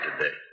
today